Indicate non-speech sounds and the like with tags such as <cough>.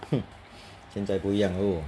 <noise> 现在不一样 loh